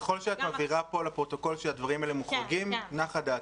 ככל שאת מבהירה פה לפרוטוקול שהדברים האלה מוחרגים נחה דעתי.